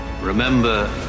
Remember